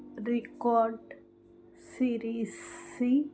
record series